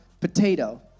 potato